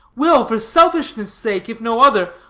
will, for selfishness' sake, if no other,